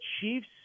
Chiefs